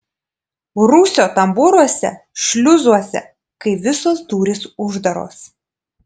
rūsio tambūruose šliuzuose kai visos durys uždaros